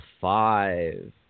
five